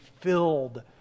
filled